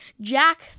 Jack